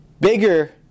bigger